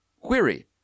query